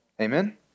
Amen